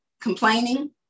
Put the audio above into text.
complaining